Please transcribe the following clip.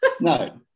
no